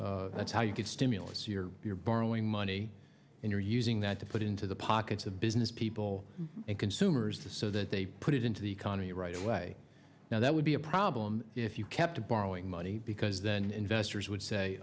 that's how you get stimulus you're you're borrowing money and you're using that to put in to the pockets of businesspeople and consumers so that they put it into the economy right away now that would be a problem if you kept borrowing money because then investors would say